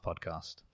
podcast